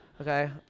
okay